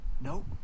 Nope